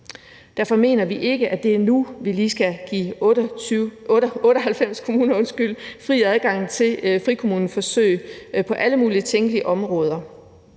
Derfor mener vi ikke, at det er nu, vi lige skal give 98 kommuner fri adgang til frikommuneforsøg på alle mulige tænkelige områder.